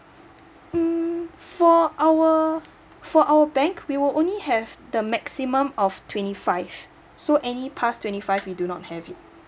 mm for our for our bank we will only have the maximum of twenty five so any pass twenty five we do not have it